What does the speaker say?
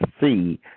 see